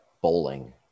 bowling